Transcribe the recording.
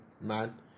man